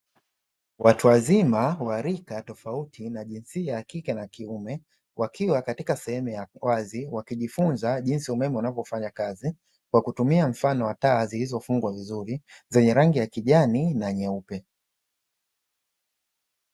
Watu wazima walika tofauti na jinsia ya kike na kiume wakiwa katika sehemu ya wazi, wakijifunza jinsia umeme unavyofanya kazi kwa kutumia mfano wa taa zilizofungwa vizuri zenye rangi ya kijani na nyeupe.